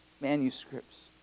manuscripts